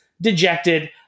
dejected